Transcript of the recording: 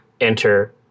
enter